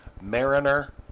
Mariner